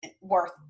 worth